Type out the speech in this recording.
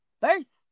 first